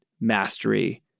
mastery